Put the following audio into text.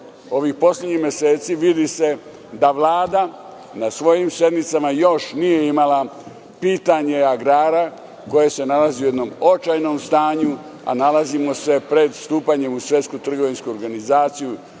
ovih poslednjih meseci, vidi se da Vlada na svojim sednicama još nije imala pitanje agrara, koje se nalazi u jednom očajnom stanju, a nalazimo se pred stupanjem u Svetsku trgovinsku organizaciju,